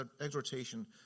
exhortation